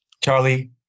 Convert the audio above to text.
Charlie